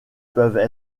peuvent